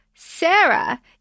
Sarah